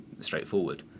straightforward